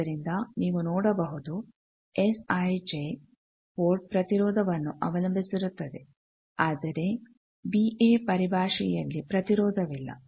ಆದ್ದರಿಂದ ನೀವು ನೋಡಬಹುದು ಎಸ್ ಐ ಜೆ ಪೋರ್ಟ್ ಪ್ರತಿರೋಧವನ್ನು ಅವಲಂಬಿಸಿರುತ್ತದೆ ಆದರೆ ಬಿ ಎ ಪರಿಭಾಷೆಯಲ್ಲಿ ಪ್ರತಿರೋಧವಿಲ್ಲ